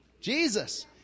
Jesus